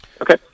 Okay